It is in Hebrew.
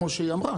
כמו שהיא אמרה,